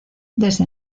desde